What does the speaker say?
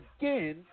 again